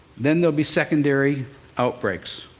then there'll be secondary outbreaks,